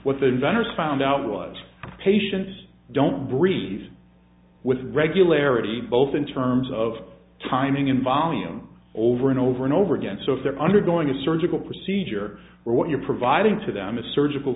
the inventors found out was patients don't breed with regularity both in terms of timing and volume over and over and over again so if they're undergoing a surgical procedure or what you're providing to them is surgical